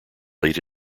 late